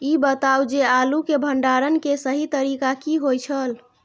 ई बताऊ जे आलू के भंडारण के सही तरीका की होय छल?